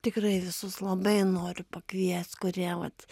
tikrai visus labai noriu pakviest kurie vat